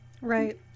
Right